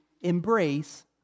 embrace